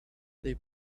they